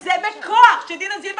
-- ומנסים לגרום לזה בכוח שדינה זילבר